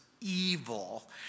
evil